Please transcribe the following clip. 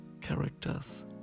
characters